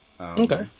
Okay